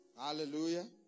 Hallelujah